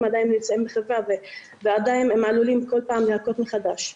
עדיין נמצאים בחברה ועדיין הם עלולים להכות מחדש.